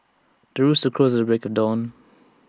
the rooster crows at the break of dawn